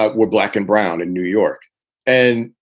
ah were black and brown in new york and,